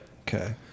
Okay